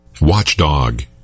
Watchdog